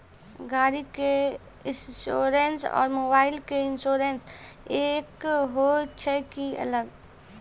गाड़ी के इंश्योरेंस और मोबाइल के इंश्योरेंस एक होय छै कि अलग?